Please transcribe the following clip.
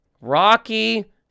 rocky